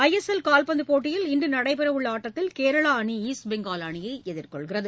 ஐ S L கால்பந்துபோட்டியில் இன்றுநடைபெறஉள்ளஆட்டத்தில் கேரளாஅணி ஈஸ்ட் பெங்கால் அணியைஎதிர்கொள்கிறது